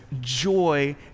joy